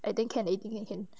I think can eighteen can